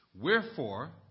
Wherefore